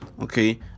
okay